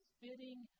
fitting